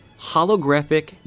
holographic